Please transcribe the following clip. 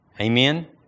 Amen